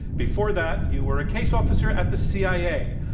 before that, you were a case officer at the cia.